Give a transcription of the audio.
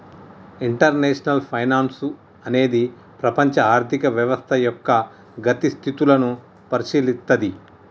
international finance అనేది ప్రపంచ ఆర్థిక వ్యవస్థ యొక్క గతి స్థితులను పరిశీలిత్తది